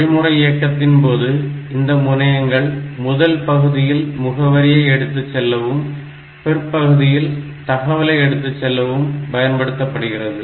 வழிமுறை இயக்கத்தின் போது இந்த முனையங்கள் முதல் பகுதியில் முகவரியை எடுத்துச் செல்லவும் பிற்பகுதியில் தகவலை எடுத்துச் செல்லவும் பயன்படுத்தப்படுகிறது